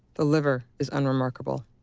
the liver is unremarkable.